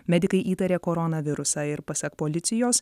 medikai įtarė koronavirusą ir pasak policijos